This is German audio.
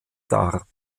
dar